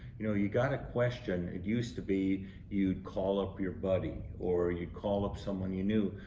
you know, you got a question it used to be you'd call up your buddy or you'd call up someone you knew.